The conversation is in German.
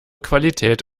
qualität